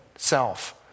self